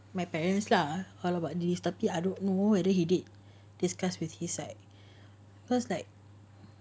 parents lah all about these tapi I don't know whether he did discuss with his side because like